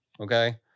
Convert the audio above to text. Okay